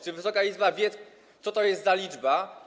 Czy Wysoka Izba wie, co to jest za liczba?